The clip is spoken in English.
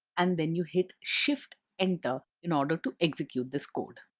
and then, you hit shift enter in order to execute this code.